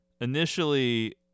Initially